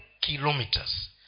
kilometers